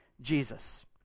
Jesus